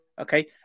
Okay